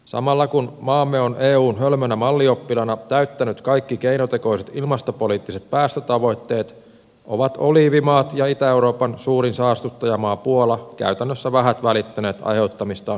samalla kun maamme on eun hölmönä mallioppilaana täyttänyt kaikki keinotekoiset ilmastopoliittiset päästötavoitteet ovat oliivimaat ja itä euroopan suurin saastuttajamaa puola käytännössä vähät välittäneet aiheuttamistaan hiilidioksidipäästöistä